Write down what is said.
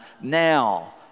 now